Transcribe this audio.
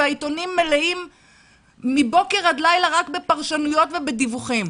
והעיתונים מלאים מבוקר עד לילה רק בפרשנויות ובדיווחים.